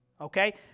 okay